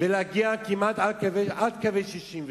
ולהגיע כמעט עד קווי 1967,